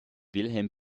wilhelm